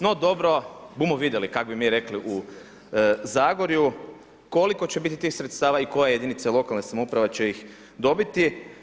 No dobro, bumo vidjeli, kako bi mi rekli u Zagorju, koliko će biti tih sredstava i koje jedinice lokalne samouprave će ih dobiti.